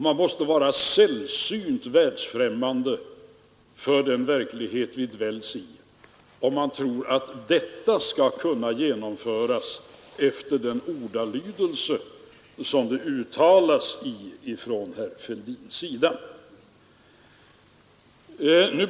Man måste vara sällsynt främmande för den verklighet vi dväljs i, om man tror att detta skall kunna genomföras efter den ordalydelse som det uttalas i från herr Fälldins sida.